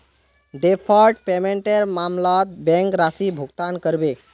deferred पेमेंटेर मामलत bank राशि भुगतान करबे